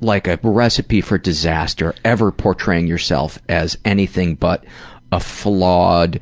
like a recipe for disaster, ever portraying yourself as anything but a flawed,